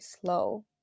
slow